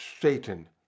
Satan